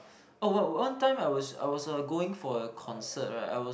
oh well one time I was I was uh going for a concert right I was